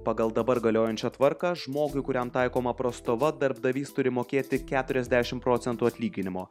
pagal dabar galiojančią tvarką žmogui kuriam taikoma prastova darbdavys turi mokėti keturiasdešim procentų atlyginimo